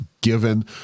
given